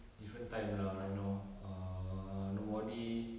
different time lah you know err nobody